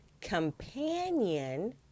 companion